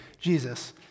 Jesus